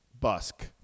Busk